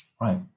Right